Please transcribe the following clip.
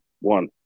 one